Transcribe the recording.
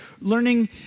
learning